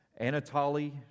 Anatoly